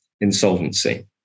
insolvency